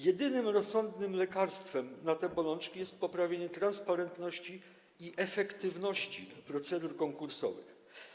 Jedynym rozsądnym lekarstwem na te bolączki jest poprawienie transparentności i efektywności procedur konkursowych.